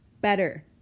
better